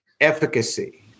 efficacy